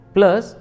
Plus